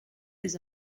des